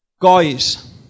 Guys